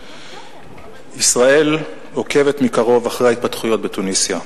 ישראל עוקבת מקרוב אחרי ההתפתחויות בתוניסיה.